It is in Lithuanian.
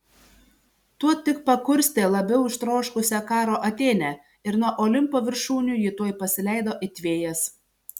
tuo tik pakurstė labiau ištroškusią karo atėnę ir nuo olimpo viršūnių ji tuoj pasileido it vėjas